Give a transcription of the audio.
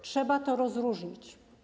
Trzeba to rozróżnić.